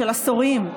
של עשורים,